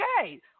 Okay